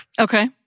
Okay